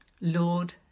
Lord